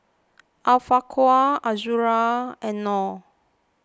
Afiqah Azura and Nor